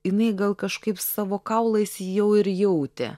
jinai gal kažkaip savo kaulais jau ir jautė